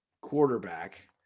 quarterback